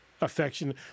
affection